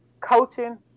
Coaching